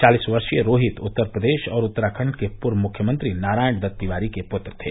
चालिस वर्षीय रोहित उत्तर प्रदेश और उत्तराखण्ड के पूर्व मुख्यमंत्री नारायण दत्त तिवारी के पूत्र थे